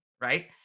right